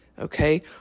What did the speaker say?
okay